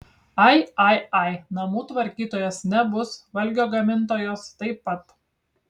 ai ai ai namų tvarkytojos nebus valgio gamintojos taip pat